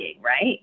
Right